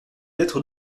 lettre